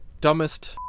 dumbest